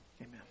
Amen